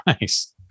nice